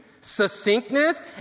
succinctness